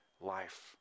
life